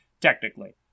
technically